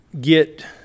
get